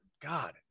God